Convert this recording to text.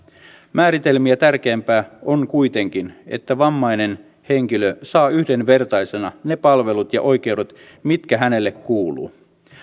määritelmiä tärkeämpää on kuitenkin että vammainen henkilö saa yhdenvertaisena ne palvelut ja oikeudet mitkä hänelle kuuluvat